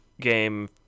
game